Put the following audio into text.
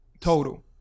Total